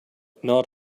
gnawed